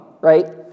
right